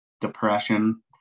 depression